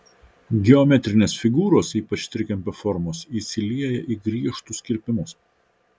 geometrinės figūros ypač trikampio formos įsilieja į griežtus kirpimus